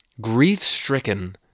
grief-stricken